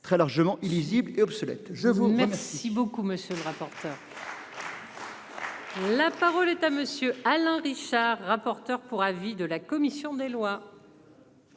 très largement illisible et obsolète. Je vous remercie beaucoup Monsieur le rapport. La parole est à monsieur Alain Richard, rapporteur pour avis de la commission des lois.